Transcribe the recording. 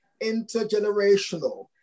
intergenerational